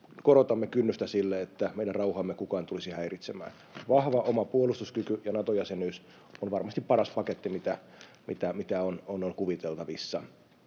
korotamme kynnystä sille, että meidän rauhaamme kukaan tulisi häiritsemään. Vahva oma puolustuskyky ja Nato-jäsenyys on varmasti paras paketti, mitä on kuviteltavissa,